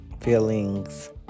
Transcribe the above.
Feelings